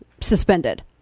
suspended